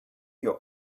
your